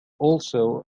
also